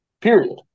period